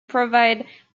provide